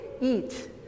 eat